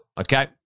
okay